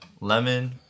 lemon